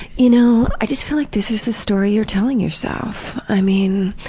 you know, i just feel like this is the story you're telling yourself! i mean,